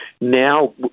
Now